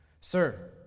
Sir